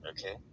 Okay